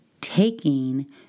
taking